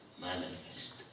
manifest